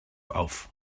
auf